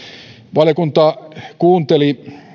valiokunta kuunteli